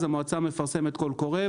המועצה מפרסמת קול קורא,